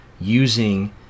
using